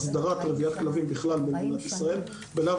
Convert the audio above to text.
הסדרת רביית כלבים בכלל במדינת ישראל ולאו